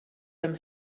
them